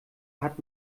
hat